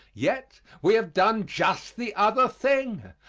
yet we have done just the other thing.